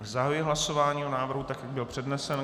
Zahajuji hlasování o návrhu, tak jak byl přednesen.